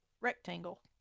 Rectangle